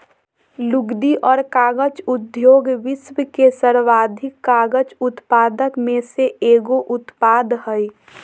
लुगदी और कागज उद्योग विश्व के सर्वाधिक कागज उत्पादक में से एगो उत्पाद हइ